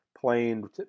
playing